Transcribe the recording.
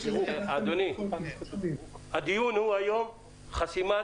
הדיון היום הוא חסימת